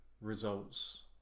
results